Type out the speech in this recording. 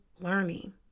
learning